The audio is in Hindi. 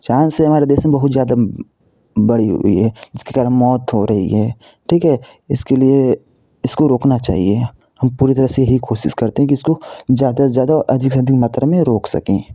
चांस है हमारे देश में बहुत ज्यादा बढ़ी हुई है इसके कारण मौत हो रही है ठीक है इसके लिए इसको रोकना चाहिए हम पूरी तरह से यही कोशिश करते हैं की इसको ज़्यादा से ज़्यादा अधिक से अधिक मात्रा में रोक सकें